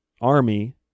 army